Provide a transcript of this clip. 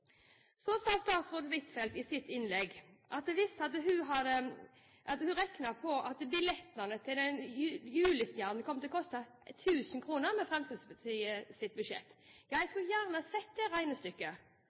Så sa statsråd Huitfeldt i sitt innlegg at hun hadde regnet på at billettene til «Reisen til Julestjernen» kom til å koste 1 000 kr med Fremskrittspartiets budsjett. Jeg